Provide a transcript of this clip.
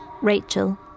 Rachel